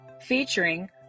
Featuring